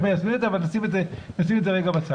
מיישמים את זה אבל נשים את זה רגע בצד.